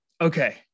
Okay